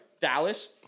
Dallas